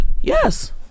Yes